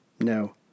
No